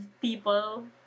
people